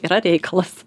yra reikalas